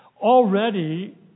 Already